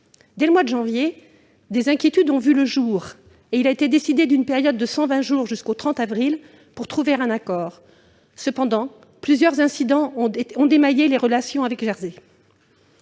Dès le mois de janvier, des inquiétudes ont vu le jour et il a été décidé d'une période de cent vingt jours, jusqu'au 30 avril, pour trouver un accord. Cependant, plusieurs incidents ont émaillé les relations avec Jersey.